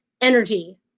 energy